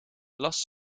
las